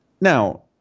Now